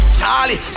Charlie